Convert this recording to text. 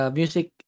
music